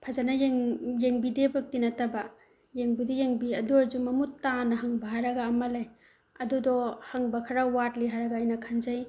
ꯐꯖꯅ ꯌꯦꯡꯕꯤꯗꯦꯕꯨꯗꯤ ꯅꯠꯇꯕ ꯌꯦꯡꯕꯨꯗꯤ ꯌꯦꯡꯕꯤ ꯑꯗꯨ ꯑꯣꯏꯔꯁꯨ ꯃꯃꯨꯠꯇꯥꯅ ꯍꯪꯕ ꯍꯥꯏꯔꯒ ꯑꯃ ꯂꯩ ꯑꯗꯨꯗꯣ ꯍꯪꯕ ꯈꯔ ꯋꯥꯠꯂꯤ ꯍꯥꯏꯔꯒ ꯑꯩꯅ ꯈꯟꯖꯩ